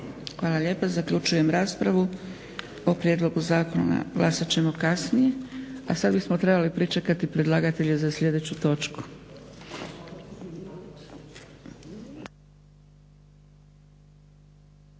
Hvala lijepa. Zaključujem raspravu. O prijedlogu zakona glasat ćemo kasnije. A sad bismo trebali pričekati predlagatelja za sljedeću točku.